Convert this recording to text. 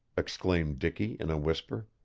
exclaimed dicky in a whisper.